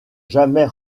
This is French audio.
jamais